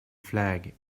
flag